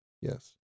yes